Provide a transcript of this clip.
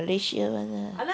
malaysia [one] lah